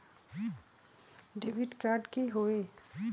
Debit card की होई?